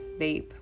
vape